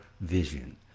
vision